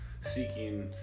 seeking